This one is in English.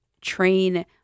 train